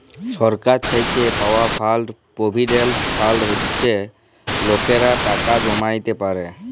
সরকার থ্যাইকে পাউয়া fund provident fund হছে লকেরা টাকা জ্যমাইতে পারে